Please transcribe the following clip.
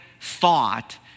thought